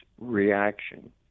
reaction